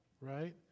right